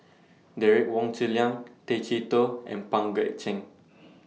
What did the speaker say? Derek Wong Zi Liang Tay Chee Toh and Pang Guek Cheng